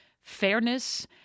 fairness